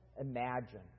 imagine